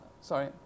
sorry